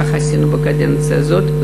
כך עשינו בקדנציה הזאת,